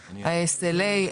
ה-SLA,